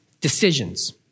Decisions